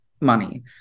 money